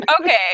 Okay